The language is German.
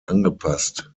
angepasst